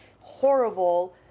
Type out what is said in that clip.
horrible